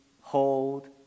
hold